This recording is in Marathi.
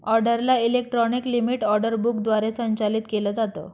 ऑर्डरला इलेक्ट्रॉनिक लिमीट ऑर्डर बुक द्वारे संचालित केलं जातं